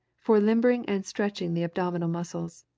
for limbering and stretching the abdominal muscles.